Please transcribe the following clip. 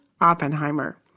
Oppenheimer